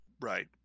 right